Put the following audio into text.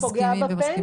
זה גם פוגע בפנסיה.